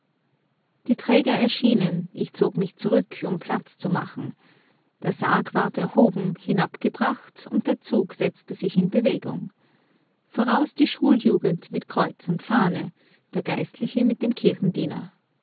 die träger erschienen ich zog mich zurück um platz zu machen der sarg ward erhoben hinabgebracht und der zug setzte sich in bewegung voraus die schuljugend mit kreuz und fahne der geistliche mit dem